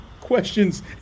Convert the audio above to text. questions